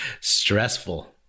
stressful